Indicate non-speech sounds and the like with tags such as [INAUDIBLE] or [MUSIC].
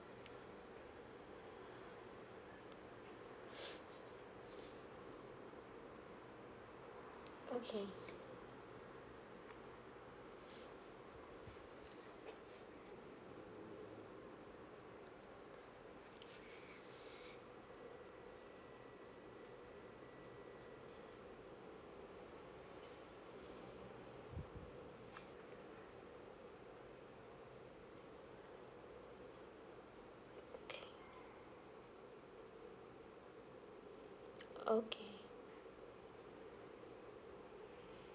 [BREATH] okay okay okay